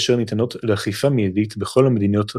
אשר ניתנות לאכיפה מיידית בכל המדינות החברות.